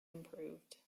improved